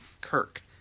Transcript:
Kirk